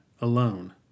alone